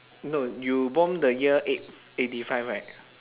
no you born the year eight eighty five right